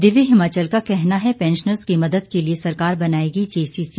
दिव्य हिमाचल का कहना है पैंशनर्ज की मदद के लिए सरकार बनाएगी जेसीसी